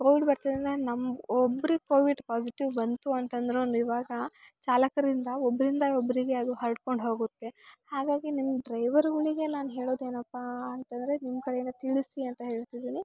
Covid ಬರ್ತಿದೆ ಅಂದರೆ ನಮ್ಮ ಒಬ್ರಿಗೆ ಕೋವಿಡ್ ಪಾಸಿಟಿವ್ ಬಂತು ಅಂತಂದರು ಇವಾಗ ಚಾಲಕರಿಂದ ಒಬ್ಬರಿಂದ ಒಬ್ಬರಿಗೆ ಅದು ಹರಡಿಕೊಂಡ್ ಹೋಗುತ್ತೆ ಹಾಗಾಗಿ ನಿಮ್ಮ ಡ್ರೈವರ್ಗಳಿಗೆ ನಾನು ಹೇಳೋದೇನಪ್ಪಾ ಅಂತಂದರೆ ನಿಮ್ಮ ಕಡೆಯಿಂದ ತಿಳಿಸಿ ಅಂತ ಹೇಳ್ತಿದೀನಿ